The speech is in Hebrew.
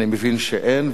אני מבין שאין,